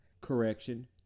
Correction